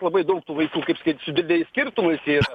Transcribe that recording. labai daug tų vaikų kaip sakyt su dideliais skirtumais jie ir